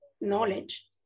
knowledge